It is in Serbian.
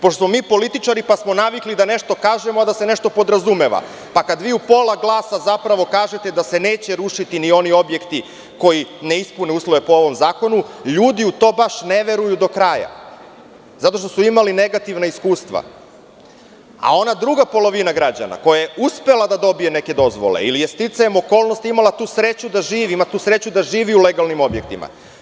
Pošto smo mi političari, pa smo navikli da nešto kažemo a da se nešto podrazumeva, pa kada vi u pola glasa zapravo kažete da se neće rušiti ni oni objekti koji ne ispune uslove po ovom zakonu, ljudi u to baš ne veruju do kraja zato što su imali negativna iskustva, a ona druga polovina građana koja je uspela da dobije neke dozvole ili je sticajem okolnosti imala tu sreću da živi, ima tu sreću da živi u legalnim objektima.